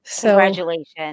Congratulations